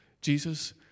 Jesus